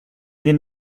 den